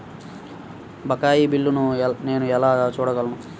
బకాయి బిల్లును నేను ఎలా చూడగలను?